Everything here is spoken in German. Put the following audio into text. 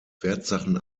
wertsachen